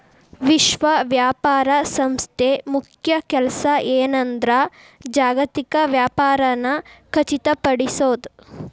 ವಿಶ್ವ ವ್ಯಾಪಾರ ಸಂಸ್ಥೆ ಮುಖ್ಯ ಕೆಲ್ಸ ಏನಂದ್ರ ಜಾಗತಿಕ ವ್ಯಾಪಾರನ ಖಚಿತಪಡಿಸೋದ್